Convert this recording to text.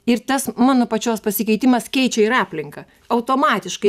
ir tas mano pačios pasikeitimas keičia ir aplinką automatiškai